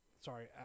sorry